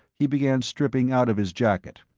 he began stripping out of his jacket.